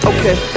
Okay